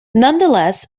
nonetheless